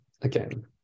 Again